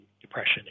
depression